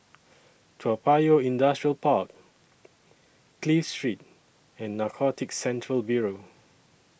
Toa Payoh Industrial Park Clive Street and Narcotics Central Bureau